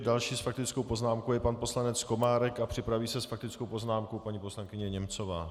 Další s faktickou poznámkou je pan poslanec Komárek a připraví se s faktickou poznámkou paní poslankyně Němcová.